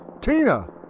Tina